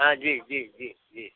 हाँ जी जी जी जी